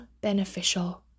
beneficial